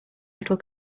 little